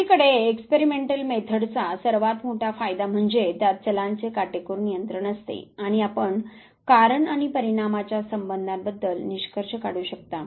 दुसरीकडे एक्सपेरिमेंटल मेथडचा सर्वात मोठा फायदा म्हणजे त्यात चलांचे काटेकोर नियंत्रण असते आणि आपण कारण आणि परिणामाच्या संबंधा बद्दल निष्कर्ष काढू शकता